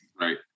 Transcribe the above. Right